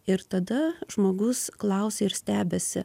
ir tada žmogus klausia ir stebisi